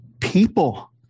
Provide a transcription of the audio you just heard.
people